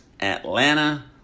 Atlanta